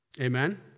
Amen